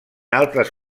altres